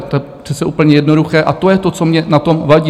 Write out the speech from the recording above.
To je přece úplně jednoduché a to je to, co mně na tom vadí.